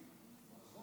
מה יש ליעקב אשר